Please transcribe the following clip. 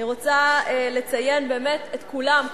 אני רוצה לציין באמת את כולם,